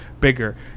bigger